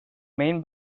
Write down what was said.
main